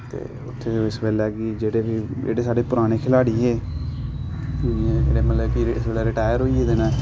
ते उत्थै इस बेल्लै कि जेह्ड़े बी जेह्ड़े साढ़े पराने खलाड़ी हे मतलब कि इस बेल्लै रिटायर होई गेदे न